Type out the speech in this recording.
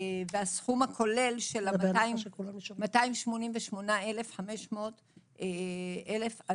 והסכום הכולל של ה-288,500 אנשים.